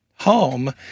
home